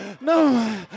No